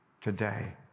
today